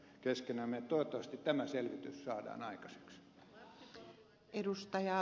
toivottavasti tämä selvitys saadaan aikaiseksi